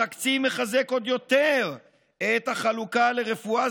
התקציב מחזק עוד יותר את החלוקה לרפואה